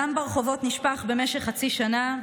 הדם ברחובות נשפך במשך חצי שנה,